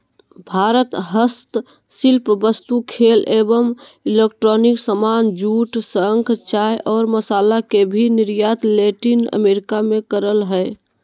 भारत हस्तशिल्प वस्तु, खेल एवं इलेक्ट्रॉनिक सामान, जूट, शंख, चाय और मसाला के भी निर्यात लैटिन अमेरिका मे करअ हय